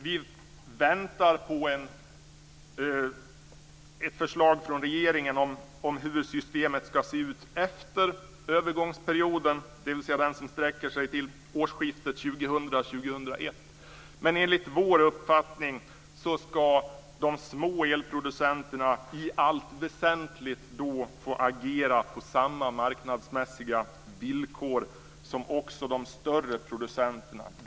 Vi väntar på ett förslag från regeringen om hur systemet skall se ut efter övergångsperioden som sträcker sig till årsskiftet 2000-2001. Enligt vår uppfattning skall de små elproducenterna i allt väsentligt då få agera på samma marknadsmässiga villkor som de större producenterna.